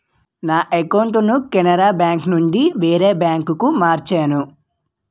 నా అకౌంటును కెనరా బేంకునుండి వేరే బాంకుకు మార్చేను